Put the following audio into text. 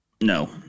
No